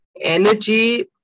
Energy